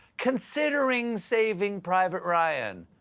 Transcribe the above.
considering saving private ryan.